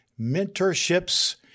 mentorships